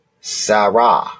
Sarah